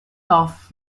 off